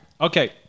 Okay